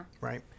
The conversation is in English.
right